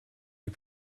les